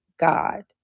God